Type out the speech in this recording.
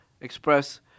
express